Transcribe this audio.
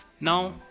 now